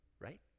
right